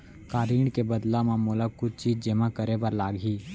का ऋण के बदला म मोला कुछ चीज जेमा करे बर लागही?